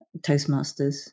Toastmasters